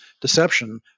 deception